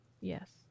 Yes